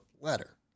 letter